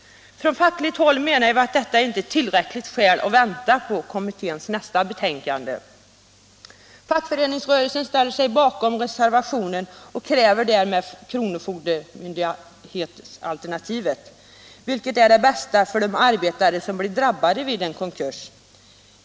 Från fackligt håll menar vi att detta inte är tillräckliga skäl att vänta på kommitténs nästa betänkande. Fackföreningsrörelsen ställer sig bakom reservationen och kräver därmed kronofogdealternativet, vilket är det bästa för de arbetare som blir drabbade vid konkurser.